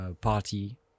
party